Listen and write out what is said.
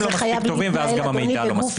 לא מספיק טובים ואז גם המידע לא מספיק טוב.